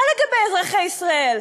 מה לגבי אזרחי ישראל?